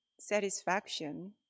satisfaction